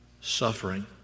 suffering